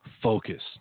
focus